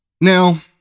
Now